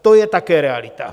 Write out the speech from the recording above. To je také realita.